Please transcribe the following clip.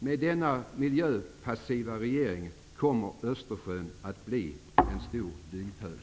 Med denna miljöpassiva regering kommer Östersjön att bli en stor dyngpöl.